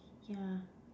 yeah